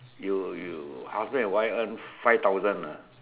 you you husband and wive earn five thousand ah